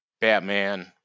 batman